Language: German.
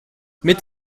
mit